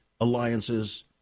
alliances